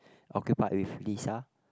occupied with Lisa